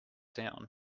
down